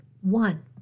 one